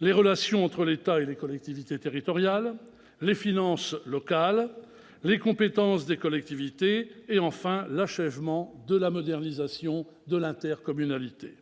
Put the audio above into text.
les relations entre l'État et les collectivités territoriales, les finances locales, les compétences des collectivités et l'achèvement de la modernisation de l'intercommunalité.